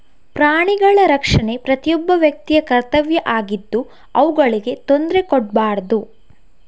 ಪ್ರಾಣಿಗಳ ರಕ್ಷಣೆ ಪ್ರತಿಯೊಬ್ಬ ವ್ಯಕ್ತಿಯ ಕರ್ತವ್ಯ ಆಗಿದ್ದು ಅವುಗಳಿಗೆ ತೊಂದ್ರೆ ಕೊಡ್ಬಾರ್ದು